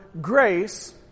grace